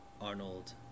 Arnold